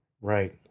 right